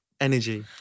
energy